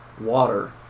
water